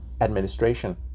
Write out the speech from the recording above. Administration